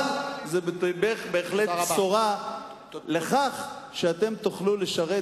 אבל זה בהחלט בשורה לכך שאתם תוכלו לשרת